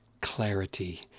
clarity